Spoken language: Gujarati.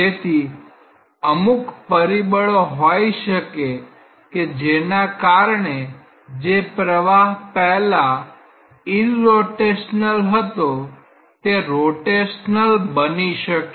તેથી અમુક પરિબળો હોય શકે કે જેના કારણે જે પ્રવાહ પહેલા ઈરરોટેશનલ હતો તે રોટેશનલ બની શકે